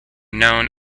known